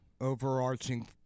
Overarching